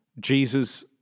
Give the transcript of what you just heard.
Jesus